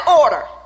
order